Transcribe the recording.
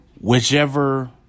whichever